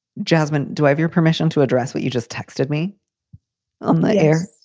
jasmine, do i have your permission to address what you just texted me on the air?